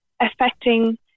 affecting